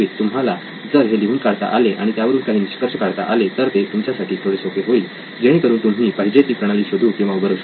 तुम्हाला जर हे लिहून काढता आले आणि त्यावरून काही निष्कर्ष काढता आले तर ते तुमच्यासाठी थोडे सोपे होईल जेणेकरून तुम्ही पाहिजे ती प्रणाली शोधू किंवा उभारू शकाल